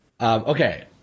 okay